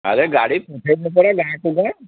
ଆରେ ଗାଡ଼ି